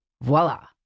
Voila